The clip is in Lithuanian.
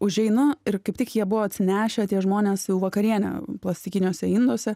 užeinu ir kaip tik jie buvo atsinešę tie žmonės jau vakarienę plastikiniuose induose